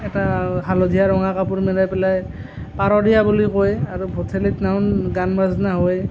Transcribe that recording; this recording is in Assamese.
এটা হালধীয়া ৰঙা কাপোৰ মেৰাই পেলাই পাৰধীয়া বুলি কয় আৰু ভঠেলি দিনাখন গান বাজনা হয়